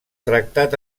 tractat